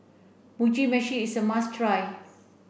Mugi Meshi is a must try